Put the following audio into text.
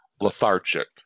lethargic